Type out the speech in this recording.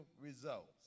results